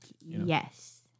yes